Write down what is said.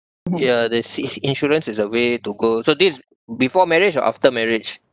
ya the si~ insurance is a way to go so this before marriage or after marriage